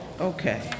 Okay